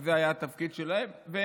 שזה היה התפקיד שלהם.